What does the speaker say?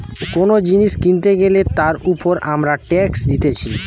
কোন জিনিস কিনতে গ্যালে তার উপর আমরা ট্যাক্স দিতেছি